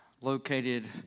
located